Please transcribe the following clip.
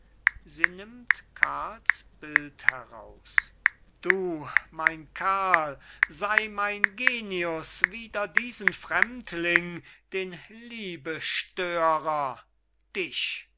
du mein karl sey mein genius wider diesen fremdling den liebestörer dich